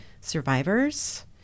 survivors